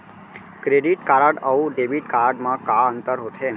Credit card अऊ debit card मा का अंतर होथे?